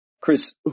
Chris